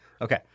Okay